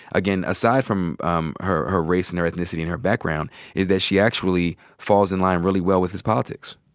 again, aside from um her her race and her ethnicity and her background is that she actually falls in line really well with his politics.